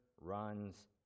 runs